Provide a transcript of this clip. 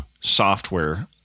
software